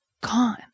gone